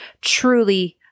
truly